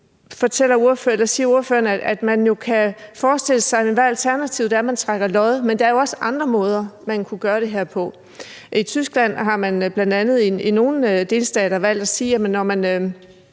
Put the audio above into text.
og ordføreren siger, at man jo kan forestille sig, at alternativet er, at man trækker lod. Men der er jo også andre måder, man kunne gøre det her på. I Tyskland har man i nogle delstater valgt at sige, at når man